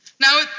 Now